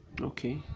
Okay